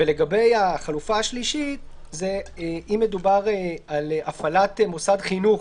לגבי החלופה השלישית זה אם מדובר על הפעלת מוסד חינוך